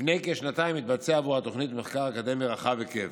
לפני כשנתיים התבצע עבור התוכנית מחקר אקדמי רחב היקף.